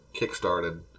kickstarted